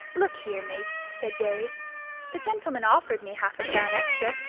look here, mates, said jerry the gentleman offered me half a crown extra,